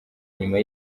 nyuma